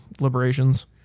Liberations